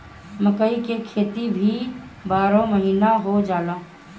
मकई के खेती भी बारहो महिना हो जाला